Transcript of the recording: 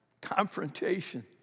confrontation